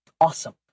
Awesome